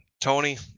Tony